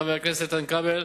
חבר הכנסת איתן כבל,